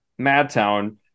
Madtown